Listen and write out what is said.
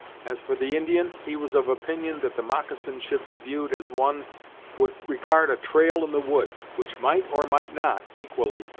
as for the indian, he was of opinion that the moccasin should be viewed as one would regard a trail in the woods, which might, or might not, equally,